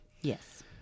Yes